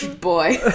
boy